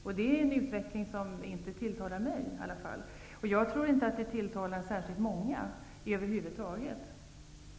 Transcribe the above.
Detta är en utveckling som i varje fall inte tilltalar mig. Jag tror inte att den tilltalar särskilt många.